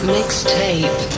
Mixtape